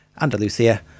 Andalusia